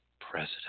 president